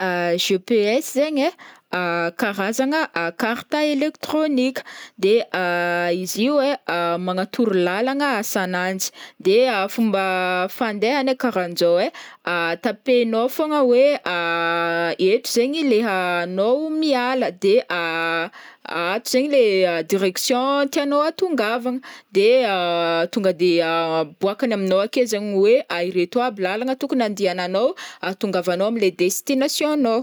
GPS zegny e, karazagna carte electronique, izy i e magnatoro lalagna asan'anjy, de fomba fandehany hoe karahanjao e tapenao fogna hoe eto zegny leha agnao miala de ato zegny le direction tagnao hatongavana de tonga de aboakagny amignao e zegny hoe a ireto aby lalagna tokony andihagnanao ahatongavagnao amle destination-gnao.